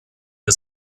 der